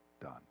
done